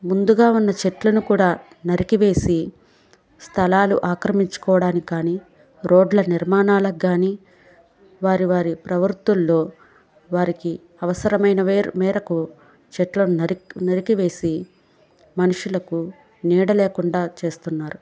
ముందుగా ఉన్న చెట్లను కూడా నరికివేసి స్థలాలు ఆక్రమించుకోవడానికి కానీ రోడ్ల నిర్మాణాలకు కానీ వారి వారి ప్రవర్తుల్లో వారికి అవసరమైన మేరకు చెట్లను నరికివేసి మనుషులకు నీడ లేకుండా చేస్తున్నారు